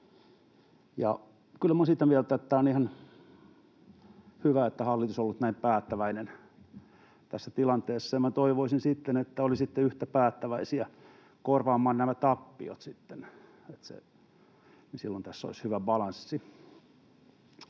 olen sitä mieltä, että on ihan hyvä, että hallitus on ollut näin päättäväinen tässä tilanteessa, ja toivoisin, että olisitte yhtä päättäväisiä korvaamaan nämä tappiot sitten. Silloin tässä olisi hyvä balanssi.